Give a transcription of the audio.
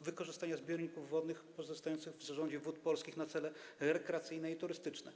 wykorzystania zbiorników wodnych pozostających w zarządzie Wód Polskich na cele rekreacyjne i turystyczne?